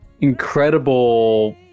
incredible